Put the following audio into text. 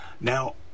Now